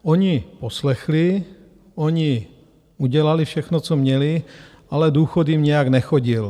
Oni poslechli, oni udělali všechno, co měli, ale důchod jim nějak nechodil.